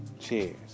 Cheers